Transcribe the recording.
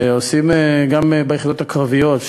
גם ביחידות הקרביות,